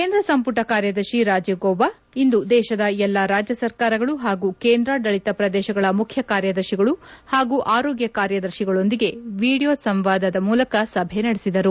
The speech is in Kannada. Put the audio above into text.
ಕೇಂದ್ರ ಸಂಪುಟ ಕಾರ್ಯದರ್ಶಿ ರಾಜೀವ್ ಗೌಬಾ ಇಂದು ದೇಶದ ಎಲ್ಲಾ ರಾಜ್ಯ ಸರ್ಕಾರಗಳು ಹಾಗೂ ಕೇಂದ್ರಾಡಳಿತ ಪ್ರದೇಶಗಳ ಮುಖ್ಯಕಾರ್ಯದರ್ಶಿಗಳು ಹಾಗೂ ಆರೋಗ್ಯ ಕಾರ್ಯದರ್ಶಿಗಳೊಂದಿಗೆ ವಿಡಿಯೋ ಕಾನ್ವರೆನ್ಸ್ ಮೂಲಕ ಸಭೆ ನಡೆಸಿದರು